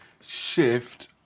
shift